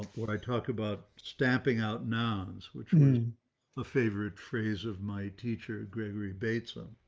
what i talked about stamping out nouns which mean a favorite phrase of my teacher, gregory bateson,